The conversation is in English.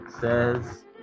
says